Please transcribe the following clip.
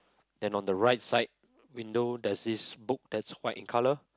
then on the right side window there's is book that's white in colour